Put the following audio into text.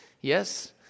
Yes